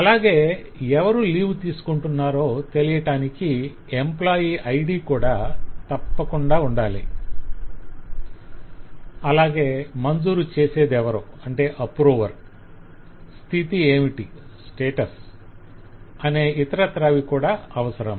అలాగే ఎవరు లీవ్ తీసుకొంటున్నారో తెలియటానికి ఎంప్లాయ్ ID 'employee ID' కూడా తప్పకుండా ఉండాలి అలాగే మంజూరు చేసేదెవరు స్థితి ఏమిటి అనే ఇతరత్రావి కూడా అవసరం